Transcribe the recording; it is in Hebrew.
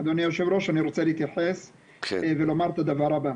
אדוני היו"ר אני רוצה להתייחס ולומר את הדבר הבא: